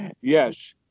Yes